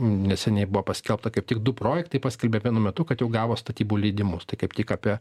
neseniai buvo paskelbta kaip tik du projektai paskelbė vienu metu kad jau gavo statybų leidimus tai kaip tik apie